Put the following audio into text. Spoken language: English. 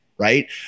right